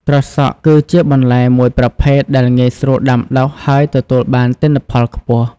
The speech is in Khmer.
ត្រសក់ គឺជាបន្លែមួយប្រភេទដែលងាយស្រួលដាំដុះ ហើយទទួលបានទិន្នផលខ្ពស់។